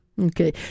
Okay